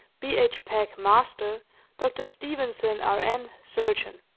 b. h. peck, master dr. stevenson, r n, surgeon.